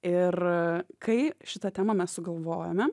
ir kai šitą temą mes sugalvojome